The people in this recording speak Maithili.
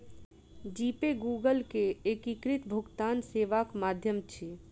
जी पे गूगल के एकीकृत भुगतान सेवाक माध्यम अछि